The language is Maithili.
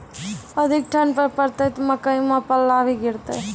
अधिक ठंड पर पड़तैत मकई मां पल्ला भी गिरते?